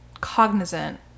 cognizant